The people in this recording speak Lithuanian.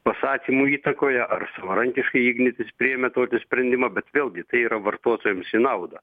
pasakymų įtakoje ar savarankiškai ignitis priėmė tokį sprendimą bet vėlgi tai yra vartotojams į naudą